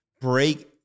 break